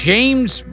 James